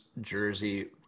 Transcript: jersey